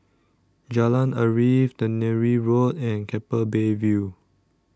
Jalan Arif Tannery Road and Keppel Bay View